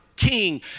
king